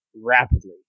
rapidly